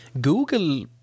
Google